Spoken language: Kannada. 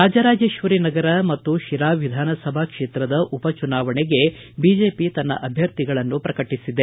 ರಾಜರಾಜೇಶ್ವರಿ ನಗರ ಮತ್ತು ಶಿರಾ ವಿಧಾನಸಭಾ ಕ್ಷೇತ್ರದ ಉಪ ಚುನಾವಣೆಗೆ ಬಿಜೆಪಿ ತನ್ನ ಅಭ್ಯರ್ಥಿಗಳನ್ನು ಪ್ರಕಟಿಸಿದೆ